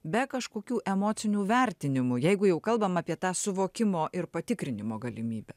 be kažkokių emocinių vertinimų jeigu jau kalbam apie tą suvokimo ir patikrinimo galimybę